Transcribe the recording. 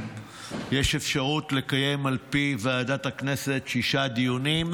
יש אפשרות לקיים, על פי ועדת הכנסת, שישה דיונים.